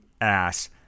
ass